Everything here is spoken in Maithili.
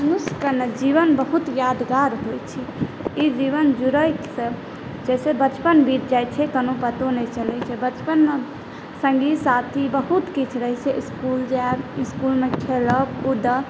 मनुष्यके ने जीवन बहुत यादगार होइत छै ई जीवन जुड़ैतसँ जाहिसँ बचपन बीत जाइत छै कोनो पतो नहि चलैत छै बचपनमे सङ्गी साथी बहुत किछु रहैत छै इसकुल जायब इसकुलमे खेलब कूदब